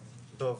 טוב.